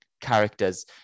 characters